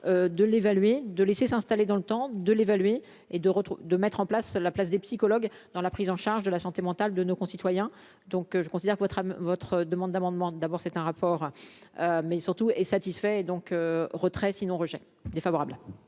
de l'évaluer, de laisser s'installer dans le temps de l'évaluer et de de mettre en place la place des psychologues dans la prise en charge de la santé mentale de nos concitoyens, donc je considère que votre à votre demande d'amendement, d'abord c'est un rapport mais surtout est satisfait donc retrait sinon rejet défavorable.